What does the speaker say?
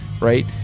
right